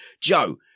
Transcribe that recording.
Joe